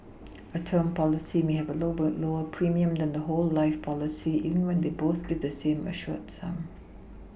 a term policy may have a lower premium than a whole life policy even when they both give the same assured sum